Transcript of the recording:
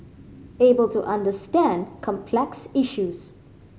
able to understand complex issues